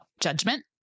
judgment